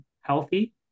healthy